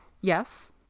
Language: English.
Yes